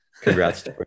congrats